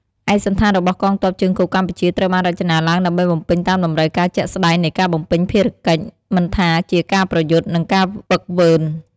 ឯកសណ្ឋានរបស់កងទ័ពជើងគោកកម្ពុជា ត្រូវបានរចនាឡើងដើម្បីបំពេញតាមតម្រូវការជាក់ស្ដែងនៃការបំពេញភារកិច្ច មិនថាជាការប្រយុទ្ធ និងការហ្វឹកហ្វឺន។